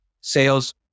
sales